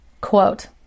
quote